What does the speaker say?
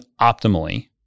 optimally